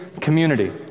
community